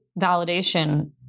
validation